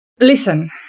Listen